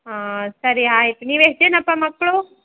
ಹಾಂ ಸರಿ ಆಯ್ತು ನೀವೆಷ್ಟು ಜನಾಪ್ಪ ಮಕ್ಕಳು